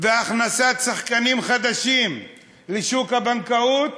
והכנסת שחקנים חדשים לשוק הבנקאות,